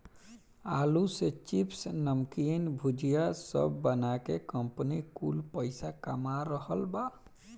आलू से चिप्स, नमकीन, भुजिया सब बना के कंपनी कुल पईसा कमा रहल बा